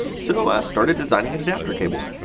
so i started designing an adapter cable.